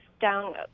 down